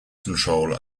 control